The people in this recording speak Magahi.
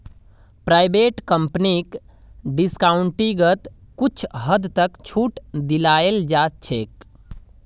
प्राइवेट कम्पनीक डिस्काउंटिंगत कुछ हद तक छूट दीयाल जा छेक